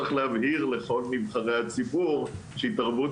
צריך להבהיר לכל נבחרי הציבור שהתערבות